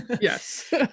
yes